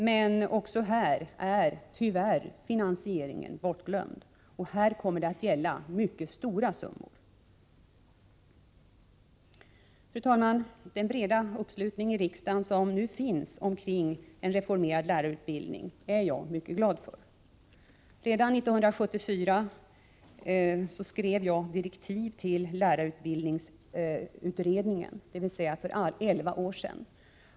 Men också här är tyvärr finansieringen bortglömd, och här Lärarutbildning kommer det att gälla mycket stora summor. förgrundskolan Fru talman! Den breda uppslutning som nu finns kring reformerad EN lärarutbildning är jag mycket glad för. Redan 1974 skrev jag direktiv till lärarutbildningsutredningen, dvs. för elva år sedan.